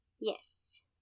yes